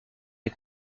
des